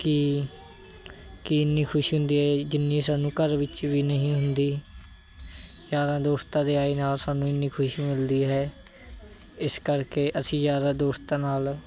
ਕੀ ਕਿ ਇੰਨੀ ਖੁਸ਼ੀ ਹੁੰਦੀ ਹੈ ਜਿੰਨੀ ਸਾਨੂੰ ਘਰ ਵਿੱਚ ਵੀ ਨਹੀਂ ਹੁੰਦੀ ਯਾਰਾਂ ਦੋਸਤਾਂ ਦੇ ਆਏ ਨਾਲ ਸਾਨੂੰ ਇੰਨੀ ਖੁਸ਼ੀ ਮਿਲਦੀ ਹੈ ਇਸ ਕਰਕੇ ਅਸੀਂ ਯਾਰਾਂ ਦੋਸਤਾਂ ਨਾਲ